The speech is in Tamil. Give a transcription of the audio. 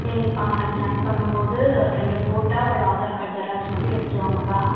சரிங்கப்பா நாளைக்கு ஜாயின் பண்ணும்போது ரெண்டு ஃபோட்டோ ஒரு ஆதார் கார்டு ஜெராக்ஸ் மட்டும் எடுத்துகிட்டு வாங்கப்பா